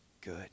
good